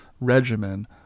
regimen